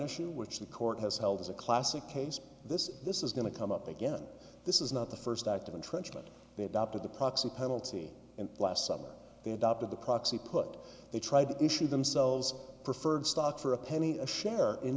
issue which the court has held is a classic case of this this is going to come up again this is not the first act of entrenchment they adopted the proxy penalty in last summer they adopted the proxy put they tried to issue themselves preferred stock for a penny a share in